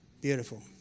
Beautiful